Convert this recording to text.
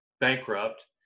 bankrupt